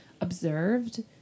observed